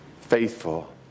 faithful